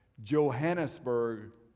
Johannesburg